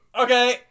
okay